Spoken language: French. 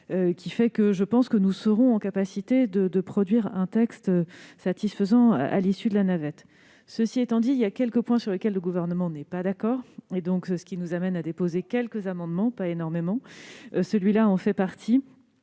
Gourault ! Je pense que nous serons en capacité de produire un texte satisfaisant à l'issue de la navette. Toutefois, il reste quelques points sur lesquels le Gouvernement n'est pas d'accord avec la commission, ce qui nous amène à déposer quelques amendements, mais pas énormément. Celui-ci en fait partie.